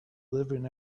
living